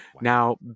Now